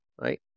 right